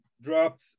drop